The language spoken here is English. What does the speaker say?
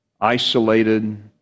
Isolated